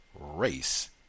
race